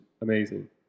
amazing